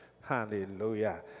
Hallelujah